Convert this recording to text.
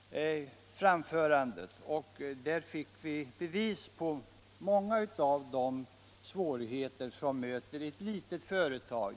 Det visade prov på många av de svårigheter som möter ett litet företag.